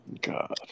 God